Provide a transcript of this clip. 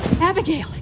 Abigail